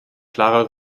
klarer